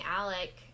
Alec